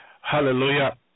Hallelujah